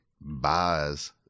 buys